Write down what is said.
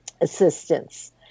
assistance